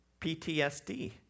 PTSD